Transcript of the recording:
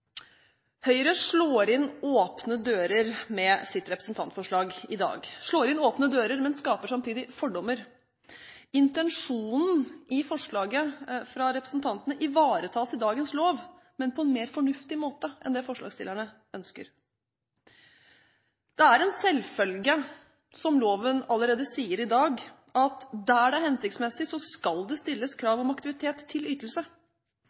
Høyre slår inn åpne dører med sitt representantforslag i dag – slår inn åpne dører, men skaper samtidig fordommer. Intensjonen i forslaget fra representantene ivaretas i dagens lov, men på en mer fornuftig måte enn det forslagsstillerne ønsker. Det er en selvfølge, som loven sier allerede i dag, at der det er hensiktsmessig, skal det stilles krav til aktivitet ved ytelse.